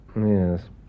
Yes